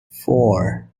four